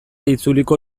itzuliko